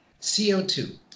CO2